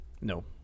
No